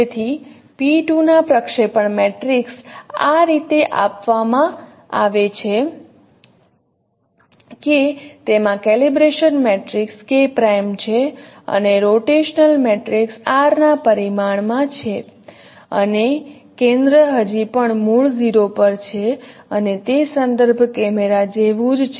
તેથી P 2 ના પ્રક્ષેપણ મેટ્રિક્સ આ રીતે આપવામાં આવે છે કે તેમાં કેલિબ્રેશન મેટ્રિક્સ K' છે અને રોટેશનલ મેટ્રિક્સ R ના પરિમાણ માં છે અને કેન્દ્ર હજી પણ મૂળ 0 પર છે અને તે સંદર્ભ કેમેરા જેવું જ છે